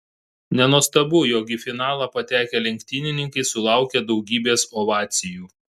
nenuostabu jog į finalą patekę lenktynininkai sulaukė daugybės ovacijų